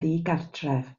ddigartref